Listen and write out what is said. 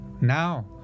Now